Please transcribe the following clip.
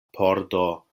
pordo